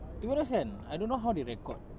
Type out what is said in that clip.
to be honest kan I don't know how they record